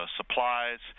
supplies